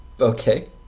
Okay